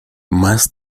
más